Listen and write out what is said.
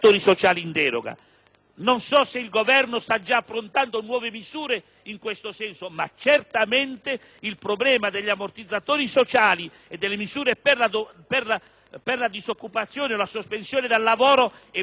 Non so se il Governo sta già approntando nuove misure in questo senso, ma certamente il problema degli ammortizzatori sociali e delle misure per la disoccupazione e la sospensione dal lavoro è ben presente